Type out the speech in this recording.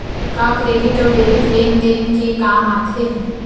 का क्रेडिट अउ डेबिट लेन देन के काम आथे?